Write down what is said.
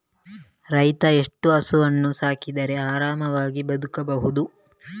ರೈತ ಎಷ್ಟು ಹಸುವನ್ನು ಸಾಕಿದರೆ ಅವನು ಆರಾಮವಾಗಿ ಬದುಕಬಹುದು?